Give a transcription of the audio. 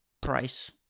price